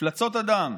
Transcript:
מפלצות אדם.